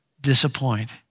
disappoint